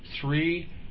three